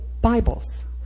Bibles